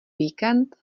víkend